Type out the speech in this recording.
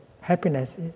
happiness